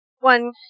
one